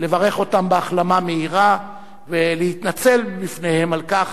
לברך אותם בהחלמה מהירה ולהתנצל בפניהם על כך